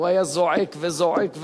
והוא היה זועק וזועק וזועק.